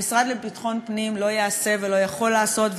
המשרד לביטחון הפנים לא יעשה ולא יכול לעשות,